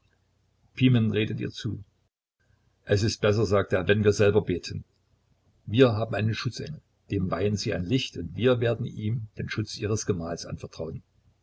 pimen redet ihr zu es ist besser sagt er wenn wir selber beten wir haben einen schutzengel dem weihen sie ein licht und wir werden ihm den schutz ihres gemahls anvertrauen